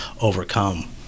overcome